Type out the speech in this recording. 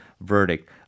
verdict